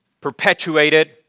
perpetuated